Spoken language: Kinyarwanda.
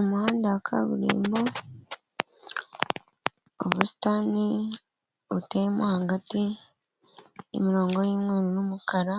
Umuhanda wa kaburimbo, ubusitani buteyemo hagati, imirongo y'umweru n'umukara,